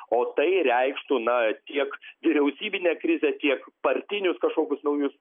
o tai reikštų na tiek vyriausybinę krizę tiek partinius kažkokius naujus